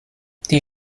die